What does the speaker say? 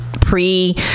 pre